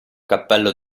cappello